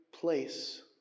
place